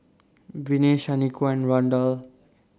Viney Shaniqua and Randall